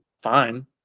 fine